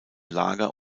lager